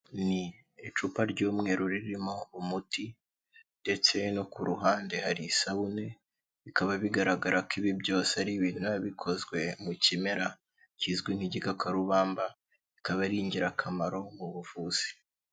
Ni icupa ry'umweru ririmo umuti ndetse no k’uruhande hari isabune, bikaba bigaragara ko ibi byose ari ibintu bikozwe mu kimera kizwi nk' igikakarubamba bikaba ari ingirakamaro mu buvuzi.